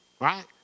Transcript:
Right